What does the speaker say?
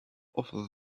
off